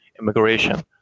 immigration